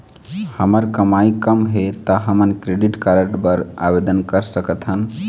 हमर कमाई कम हे ता हमन क्रेडिट कारड बर आवेदन कर सकथन?